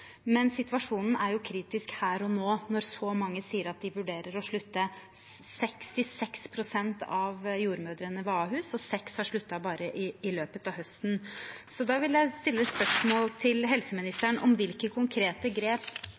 men situasjonen er kritisk her og nå, når så mange sier at de vurderer å slutte – 66 pst. av jordmødrene ved Ahus, og seks har sluttet bare i løpet av høsten. Da vil jeg stille spørsmål til helseministeren om hvilke konkrete grep